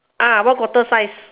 uh one quarter size